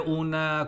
una